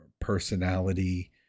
personality